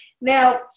Now